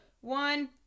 one